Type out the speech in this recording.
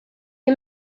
est